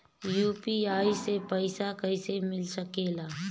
UPI से पइसा कईसे मिल सके ला?